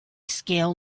scale